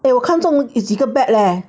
eh 我看重几个 bag leh